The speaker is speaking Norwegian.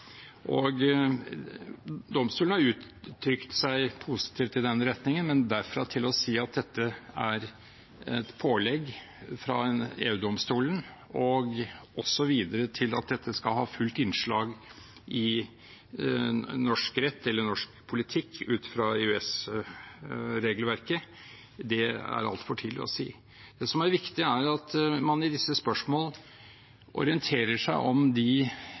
Domstolen har uttrykt seg positivt i den retningen, men derfra til å si at dette er et pålegg fra EU-domstolen og videre at dette skal ha fullt innslag i norsk rett eller norsk politikk ut fra EØS-regelverket, er det altfor tidlig å si. Det som er viktig, er at man i disse spørsmål orienterer seg om de